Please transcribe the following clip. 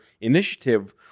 initiative